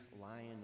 lion